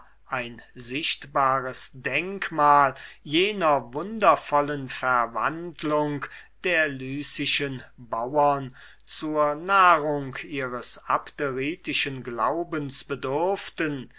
ein sichtbares denkmal jener wundervollen verwandlung der lycischen bauern zur nahrung ihres abderitischen glaubens bedurften